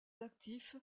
actifs